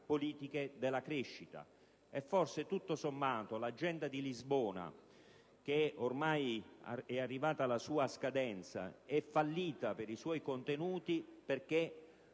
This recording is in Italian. politiche della crescita. E forse, tutto sommato, l'Agenda di Lisbona, ormai arrivata alla sua scadenza, è fallita per i suoi contenuti in